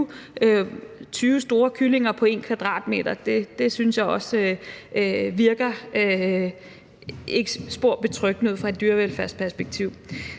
20 store kyllinger på 1 m², synes jeg ikke virker spor betryggende ud fra et dyrevelfærdsperspektiv.